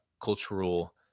cultural